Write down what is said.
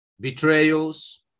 betrayals